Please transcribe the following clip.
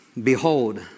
Behold